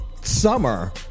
summer